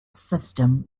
system